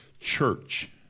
church